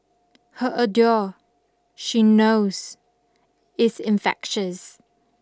her ardour she knows is infectious